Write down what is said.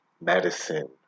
medicine